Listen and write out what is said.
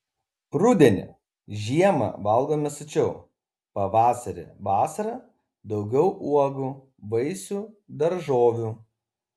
rudenį žiemą valgome sočiau pavasarį vasarą daugiau uogų vaisių daržovių